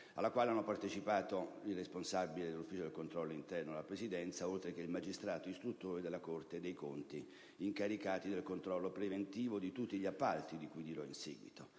a cui hanno partecipato il responsabile dell'ufficio del controllo interno della Presidenza del Consiglio oltre che il magistrato istruttore della Corte dei conti, incaricati del controllo preventivo di tutti gli appalti, di cui dirò in seguito.